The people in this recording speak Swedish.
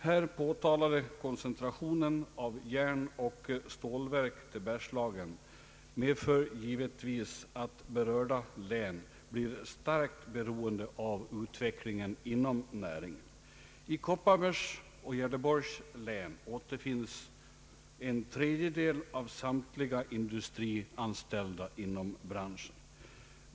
Den påtalade koncentrationen av järnoch stålverk till Bergslagen medför givetvis att berörda län blir starkt beroende av utvecklingen inom näringen. I Kopparbergs och Gävleborgs län återfinns en tredjedel av samtliga industrianställda inom branschen.